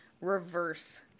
reverse